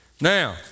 Now